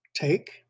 Take